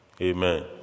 Amen